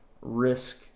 risk